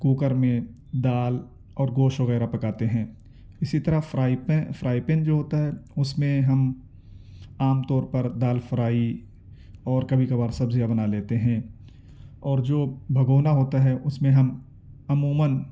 cooker میں دال اور گوشت وغیرہ پکاتے ہیں اسی طرح فرائی پین فرائی پین جو ہوتا ہے اس میں ہم عام طور پر دال فرائی اور کبھی کبھار سبزیاں بنا لیتے ہیں اور جو بھگونا ہوتا ہے اس میں ہم عموماً